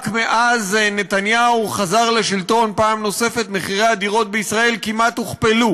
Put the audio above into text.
רק מאז חזר נתניהו לשלטון פעם נוספת מחירי הדירות בישראל כמעט הוכפלו.